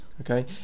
okay